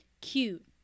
Cute